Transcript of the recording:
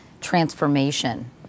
transformation